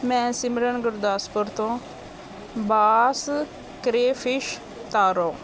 ਮੈਂ ਸਿਮਰਨ ਗੁਰਦਾਸਪੁਰ ਤੋਂ ਬਾਸ ਕਰੇਫਿਸ਼ ਤਾਰੋ